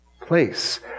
place